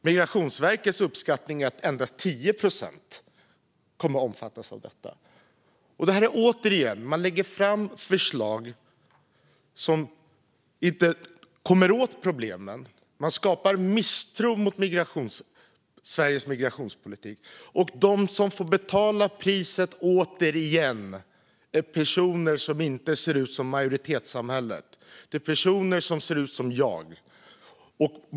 Migrationsverkets uppskattning är att endast 10 procent kommer att omfattas av detta. Återigen lägger man fram förslag som inte kommer åt problemen. Man skapar misstro mot Sveriges migrationspolitik. De som än en gång får betala priset är personer som inte ser ut som majoriteten, personer som ser ut som jag gör.